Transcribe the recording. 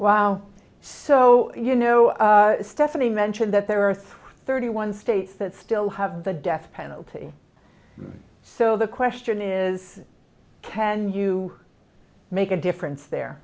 wow so you know stephanie mentioned that there are thirty one states that still have the death penalty so the question is can you make a difference there